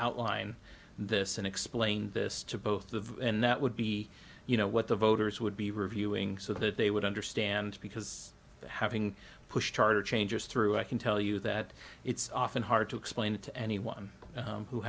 outline this and explain this to both of you and that would be you know what the voters would be reviewing so that they would understand because having pushed harder changes through i can tell you that it's often hard to explain it to anyone who